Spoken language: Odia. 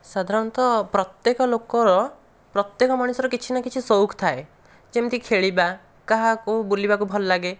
ସାଧାରଣତଃ ପ୍ରତ୍ୟେକ ଲୋକର ପ୍ରତ୍ୟେକ ମଣିଷର କିଛି ନା କିଛି ସୋଉକ୍ ଥାଏ ଯେମିତି ଖେଳିବା କାହାକୁ ବୁଲିବାକୁ ଭଲ ଲାଗେ